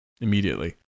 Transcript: immediately